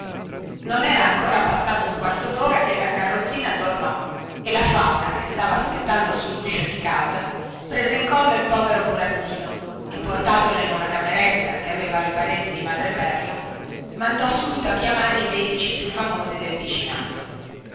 non era ancora passato un quarto dora che la carrozzina tornò e la fata che stava aspettando sulluscio di casa prese in collo il povero burattino e portatolo in una cameretta che aveva le pareti di madreperla mandò subito a chiamare i medici più famosi del vicinato